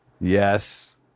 yes